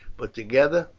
but together,